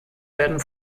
werden